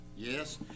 Yes